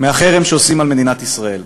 מהחרם שעושים על מדינת ישראל.